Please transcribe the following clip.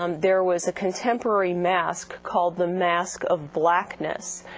um there was a contemporary masque called the masque of blackness,